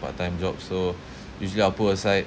part-time job so usually I'll put aside